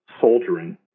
soldiering